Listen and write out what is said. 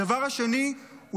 הדבר השני הוא